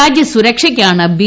രാജ്യസുരക്ഷായ്ക്കാണ് B